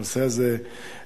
הנושא הזה נבחן,